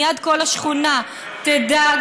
מייד כל השכונה תדע,